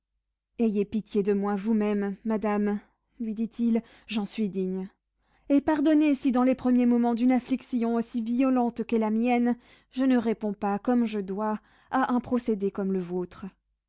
ayez pitié de moi vous-même madame lui dit-il j'en suis digne et pardonnez si dans les premiers moments d'une affliction aussi violente qu'est la mienne je ne réponds pas comme je dois à un procédé comme le vôtre